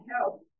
help